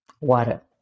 water